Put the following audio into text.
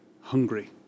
hungry